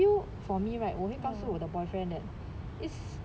I feel for me right 我会告诉我的 de boyfriend that it's